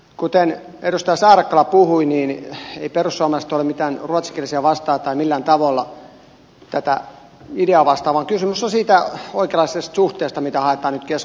kuten edustaja saarakkala puhui eivät perussuomalaiset ole mitenkään ruotsinkielisiä vastaan tai millään tavalla tätä ideaa vastaan vaan kysymys on siitä oikeanlaisesta suhteesta jota haetaan nyt keskustelussa